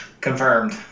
Confirmed